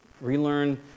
Relearn